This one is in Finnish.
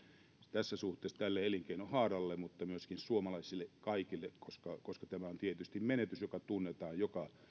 tässä suhteessa koko tälle elinkeinohaaralle mutta myöskin kaikille suomalaisille koska tämä on tietysti menetys joka tunnetaan joka